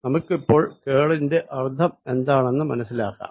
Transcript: നമുക്കിപ്പോൾ കേളിന്റെ അർഥം എന്താണെന്ന് മനസിലാക്കാം